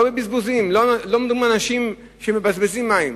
לא בבזבוזים, לא מדברים על אנשים שמבזבזים מים.